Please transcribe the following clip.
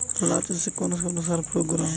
লাউ চাষে কোন কোন সার প্রয়োগ করা হয়?